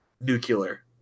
nuclear